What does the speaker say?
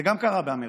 זה גם קרה באמריקה.